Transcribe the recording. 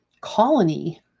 colony